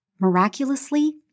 Miraculously